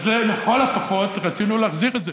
אז לכל הפחות רצינו להחזיר את זה.